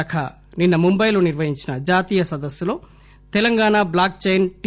శాఖ నిన్స ముంబైలో నిర్వహించిన జాతీయ సదస్పులో తెలంగాణ బ్లాక్ చైన్ టి